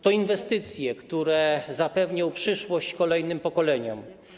To inwestycje, które zapewnią przyszłość kolejnym pokoleniom.